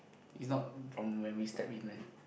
is not from when we step in leh